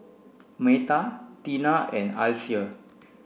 Meta Tina and Alysia